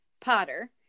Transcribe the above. Potter